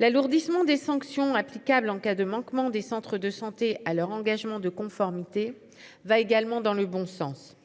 L'alourdissement des sanctions applicables en cas de manquement des centres de santé à leur engagement de conformité va également dans le bon sens